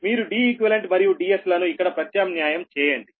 మీరు Deq మరియు Dsల ను ఇక్కడ ప్రత్యామ్న్యాయం చేయండి